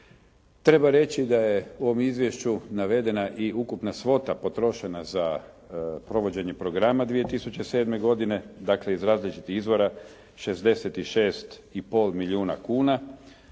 Treba reći da je u ovom izvješću navedena i ukupna svota potrošena za provođenje programa 2007. godine. Dakle, iz različitih izvora 66,5 milijuna kuna